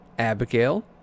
Abigail